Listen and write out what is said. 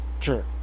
sure